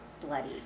bloody